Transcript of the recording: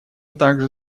также